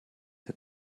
der